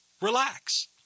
relax